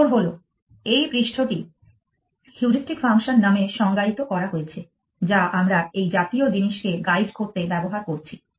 উত্তর হল এই পৃষ্ঠটি হিউরিস্টিক ফাংশন দ্বারা সংজ্ঞায়িত করা হয়েছে যা আমরা এই জাতীয় জিনিসকে গাইড করতে ব্যবহার করছি